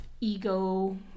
ego